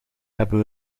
hebben